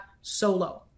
solo